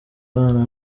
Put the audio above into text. abana